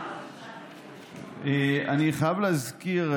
אני חייב להזכיר,